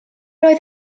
oedd